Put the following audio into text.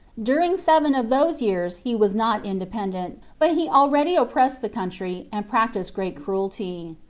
during seven of those years he was not independent, but he already oppressed the country and practised great cruelty.